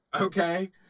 Okay